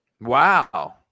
Wow